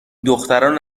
دختران